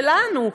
שלנו,